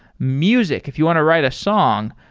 music, if you want to write a song,